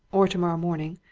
or tomorrow morning,